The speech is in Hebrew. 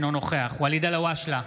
אינו נוכח ואליד אלהואשלה,